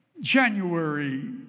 January